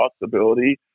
possibility